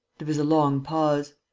there was a long pause.